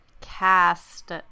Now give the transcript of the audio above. cast